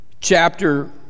chapter